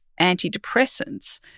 antidepressants